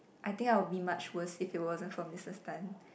I think I will be much worse if you wasn't from Misses Tan